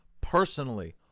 personally